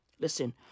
Listen